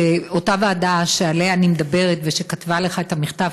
שאותה ועדה שעליה אני מדברת ושכתבה לך את המכתב,